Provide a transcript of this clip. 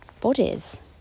bodies